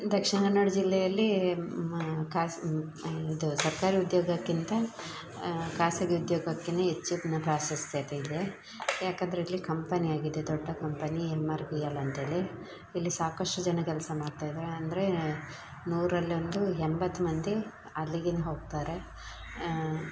ದಕ್ಷಿಣ ಕನ್ನಡ ಜಿಲ್ಲೆಯಲ್ಲಿ ಮ ಖಾಸ ಇದು ಸರ್ಕಾರಿ ಉದ್ಯೋಗಕ್ಕಿಂತ ಖಾಸಗಿ ಉದ್ಯೋಗಕ್ಕೆ ಹೆಚ್ಚಿನ್ನ ಪ್ರಾಶಸ್ತ್ಯ ಇದೆ ಯಾಕಂದ್ರೆ ಇಲ್ಲಿ ಕಂಪನಿ ಆಗಿದೆ ದೊಡ್ಡ company M R P L ಅಂತ್ಹೇಳಿ ಇಲ್ಲಿ ಸಾಕಷ್ಟು ಜನ ಕೆಲಸ ಮಾಡ್ತಾಯಿದ್ದಾರೆ ಅಂದ್ರೆ ನೂರರಲ್ಲಿ ಒಂದು ಎಂಬತ್ತು ಮಂದಿ ಅಲ್ಲಿಗೆ ಹೋಗ್ತಾರೆ